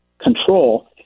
control